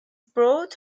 brought